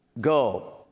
Go